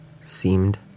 seemed